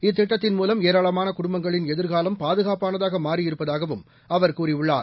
இத்திட்டத்தின் மூலம் ஏராளமான குடும்பங்களின் எதிர்காலம் பாதுகாப்பானதாக மாறியிருப்பதாகவும் அவர் கூறியுள்ளார்